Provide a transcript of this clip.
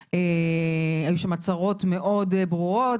היו שם הצהרות מאוד ברורות.